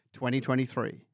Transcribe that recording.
2023